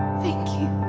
thank you,